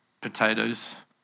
potatoes